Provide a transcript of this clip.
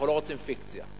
אנחנו לא רוצים פיקציה,